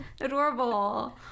adorable